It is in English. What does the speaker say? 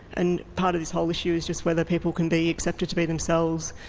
and part of this whole issue is just whether people can be accepted to be themselves,